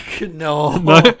No